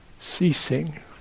ceasing